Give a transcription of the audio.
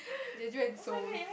Jeju and Seoul